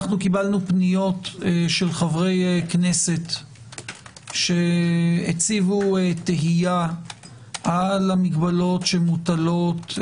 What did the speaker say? קיבלנו פניות של חברי כנסת שהציבו תהייה על המגבלות שמוטלות,